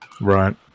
right